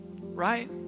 right